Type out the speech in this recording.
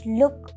look